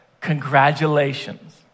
congratulations